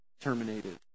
terminated